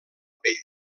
pell